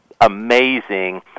amazing